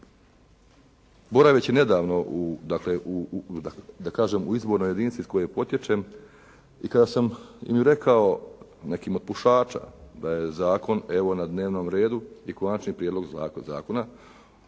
dakle da kažem u izbornoj jedinici iz koje potječem, i kada sam rekao nekima od pušača da je zakon evo na dnevnom redu i konačni prijedlog zakona,